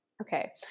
Okay